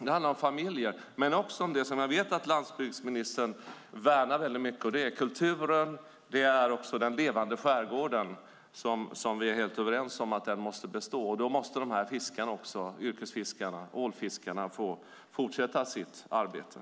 Det handlar om familjer, men det handlar också om det som jag vet att landbygdsministern värnar mycket: kulturen och den levande skärgården. Vi är helt överens om att detta måste bestå, och då måste dessa yrkesfiskare och ålfiskare också få fortsätta sitt arbete.